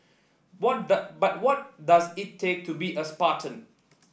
what but what does it take to be a spartan